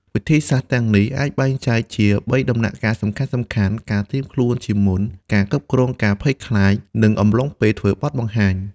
វិធីសាស្ត្រទាំងនេះអាចបែងចែកជាបីដំណាក់កាលសំខាន់ៗ ការត្រៀមខ្លួនជាមុន ការគ្រប់គ្រងភាពភ័យខ្លាច និងអំឡុងពេលធ្វើបទបង្ហាញ។